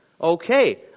Okay